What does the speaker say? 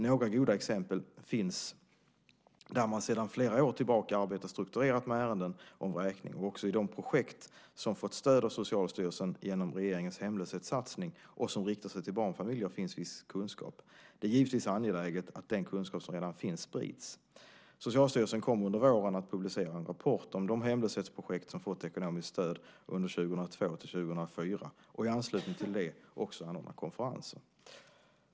Några goda exempel finns där man sedan flera år tillbaka arbetar strukturerat med ärenden om vräkning. Också i de projekt som fått stöd av Socialstyrelsen genom regeringens hemlöshetssatsning och som riktar sig till barnfamiljer finns viss kunskap. Det är givetvis angeläget att den kunskap som redan finns sprids. Socialstyrelsen kommer under våren att publicera en rapport om de hemlöshetsprojekt som fått ekonomiskt stöd under åren 2002-2004 och i anslutning till det också anordna konferenser.